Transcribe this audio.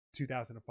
2005